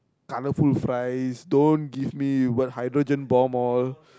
colourful fries don't give me hydrogen bomb all